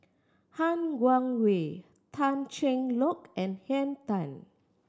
Han Guangwei Tan Cheng Lock and Henn Tan